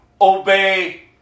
obey